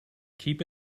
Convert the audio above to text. keep